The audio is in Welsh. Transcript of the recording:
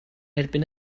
erbyn